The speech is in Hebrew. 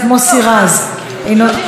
חברת הכנסת איילת נחמיאס ורבין,